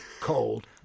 cold